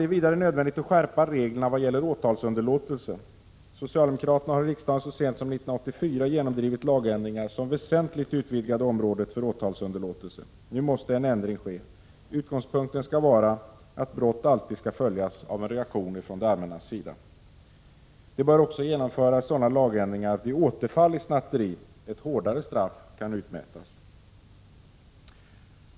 Det är vidare nödvändigt att skärpa reglerna vad gäller åtalsunderlåtelse. Socialdemokraterna har i riksdagen så sent som 1984 genomdrivit lagändringar som väsentligt utvidgade området för åtalsunderlåtelse. Nu måste en ändring ske. Utgångspunkten skall vara att brott alltid skall följas av en reaktion från det allmännas sida. Det bör också genomföras sådana lagändringar att vid återfall i snatteri ett hårdare straff kan utmätas.